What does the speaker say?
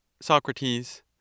Socrates